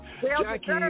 Jackie